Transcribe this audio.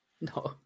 No